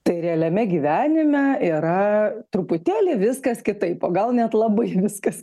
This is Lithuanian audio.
tai realiame gyvenime yra truputėlį viskas kitaip o gal net labai viskas